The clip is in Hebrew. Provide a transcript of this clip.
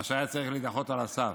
מה שהיה צריך להידחות על הסף.